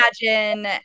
imagine